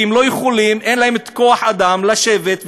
כי אין להם כוח-אדם לשבת,